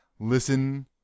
Listen